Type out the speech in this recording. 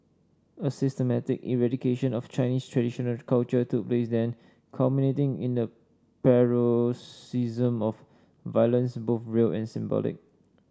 a systematic eradication of Chinese traditional culture took place then culminating in a paroxysm of violence both real and symbolic